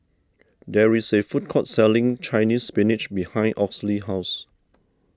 there is a food court selling Chinese Spinach behind Orley's house